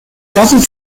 double